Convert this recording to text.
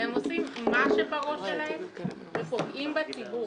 הם עושים מה שבראש שלהם ופוגעים בציבור.